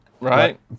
Right